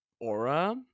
aura